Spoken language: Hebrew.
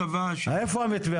איפה המתווה?